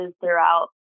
throughout